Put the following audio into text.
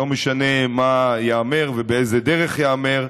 לא משנה מה ייאמר ובאיזה דרך ייאמר,